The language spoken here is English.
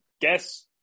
Guess